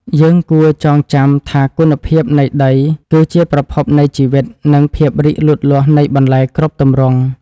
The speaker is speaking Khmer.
យើងគួរចងចាំថាគុណភាពនៃដីគឺជាប្រភពនៃជីវិត និងភាពរីកលូតលាស់នៃបន្លែគ្រប់ទម្រង់។